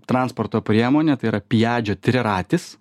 transporto priemonę tai yra pijadžio triratis